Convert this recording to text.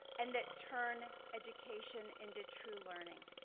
and that turn education into true learning.